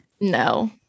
No